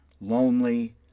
lonely